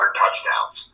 touchdowns